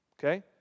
Okay